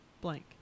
blank